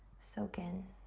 soak in.